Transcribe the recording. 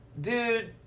Dude